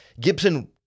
Gibson